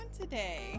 today